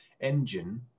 engine